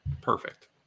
Perfect